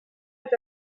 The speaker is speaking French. est